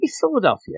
Philadelphia